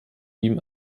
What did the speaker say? ihm